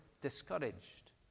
discouraged